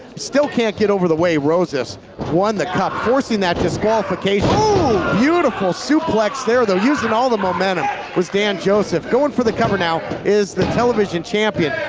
still can't get over the way roses won the cup. forcing that disqualification. oh beautiful suplex there though. using all the momentum was dan joseph. going for the cover now is the television champion.